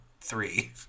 three